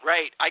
Right